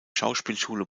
schauspielschule